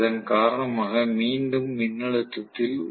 இதை உருவாக்கப்படும் மின்னழுத்தம் என அழைக்கிறேன்